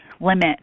limit